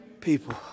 people